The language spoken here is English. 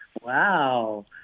Wow